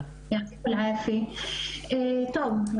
טוב,